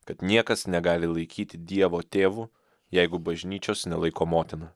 kad niekas negali laikyti dievo tėvu jeigu bažnyčios nelaiko motina